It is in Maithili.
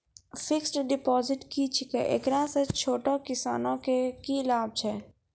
फिक्स्ड डिपॉजिट की छिकै, एकरा से छोटो किसानों के की लाभ छै?